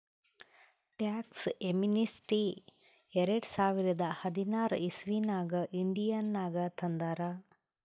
tax amnesty ಎರಡ ಸಾವಿರದ ಹದಿನಾರ್ ಇಸವಿನಾಗ್ ಇಂಡಿಯಾನಾಗ್ ತಂದಾರ್